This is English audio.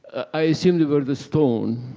i assume they were the stone.